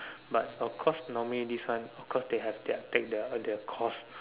but of course normally this one of course they have their take their their course